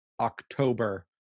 October